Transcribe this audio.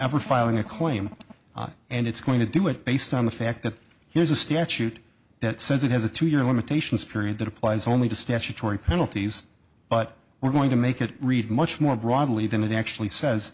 ever filing a claim and it's going to do it based on the fact that there's a statute that says it has a two year limitations period that applies only to statutory penalties but we're going to make it read much more broadly than it actually says